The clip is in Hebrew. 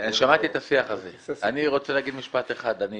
שמעתי את השיח הזה, אני רוצה להגיד משפט אחד, אני